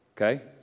Okay